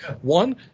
One